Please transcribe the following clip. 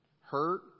hurt